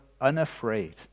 unafraid